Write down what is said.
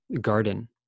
garden